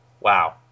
wow